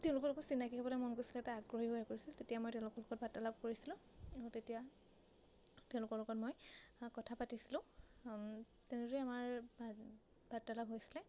তেওঁলোকৰ লগত চিনাকি হ'বলে মন গৈছিলে এটা আগ্ৰহী হৈ পৰিছিল তেতিয়া মই তেওঁলোকৰ লগত বাৰ্তালাপ কৰিছিলোঁ তেতিয়া তেওঁলোকৰ লগত মই কথা পাতিছিলোঁ তেনেদৰে আমাৰ বাৰ্তালাপ হৈছিলে